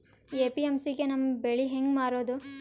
APMC ಗೆ ನಮ್ಮ ಬೆಳಿ ಹೆಂಗ ಮಾರೊದ?